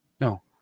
No